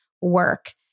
work